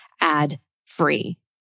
ad-free